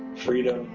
freedom,